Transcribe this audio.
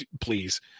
please